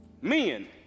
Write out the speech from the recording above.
Men